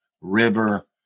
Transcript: river